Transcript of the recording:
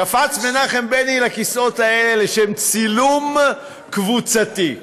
קפץ בני לכיסאות האלה לצילום קבוצתי,